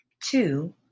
two